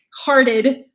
Hearted